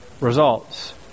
results